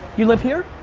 you live here?